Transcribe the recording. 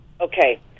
Okay